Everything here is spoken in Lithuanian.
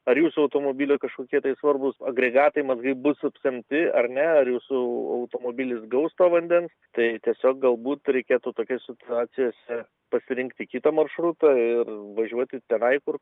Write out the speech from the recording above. ar jūsų automobilį kažkokie tai svarbus agregatai mazgai bus apsemti ar ne ar jūsų automobilis gaus to vandens tai tiesiog galbūt reikėtų tokioj situacijose pasirinkti kitą maršrutą ir važiuoti tenai kur